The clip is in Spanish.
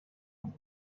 agua